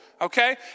Okay